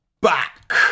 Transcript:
back